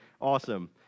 awesome